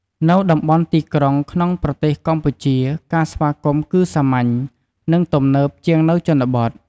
នៅតំបន់ទីក្រុងក្នុងប្រទេសកម្ពុជា ការស្វាគមន៍គឺសាមញ្ញ និងទំនើបជាងនៅជនបទ។